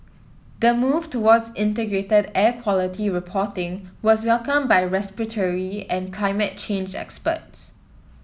the move towards integrated air quality reporting was welcomed by respiratory and climate change experts